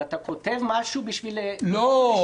אבל אתה כותב משהו בשביל --- לא,